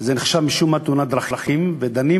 זה נחשב משום-מה תאונת דרכים ודנים